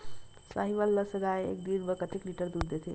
साहीवल नस्ल गाय एक दिन म कतेक लीटर दूध देथे?